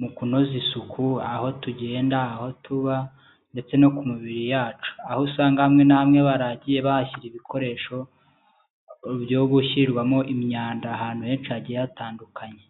mu kunoza isuku, aho tugenda, aho tuba ndetse no ku mibiri yacu. Aho usanga hamwe na hamwe baragiye bahashyira ibikoresho byo gushyirwamo imyanda ahantu henshi hagiye hatandukanye.